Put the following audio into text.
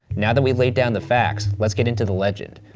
now that we've laid down the facts, let's get into the legend.